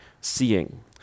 seeing